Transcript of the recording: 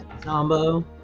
Combo